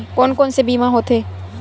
कोन कोन से बीमा होथे?